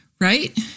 right